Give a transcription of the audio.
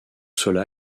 cela